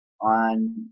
on